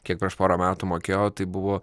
kiek prieš porą metų mokėjo tai buvo